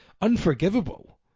unforgivable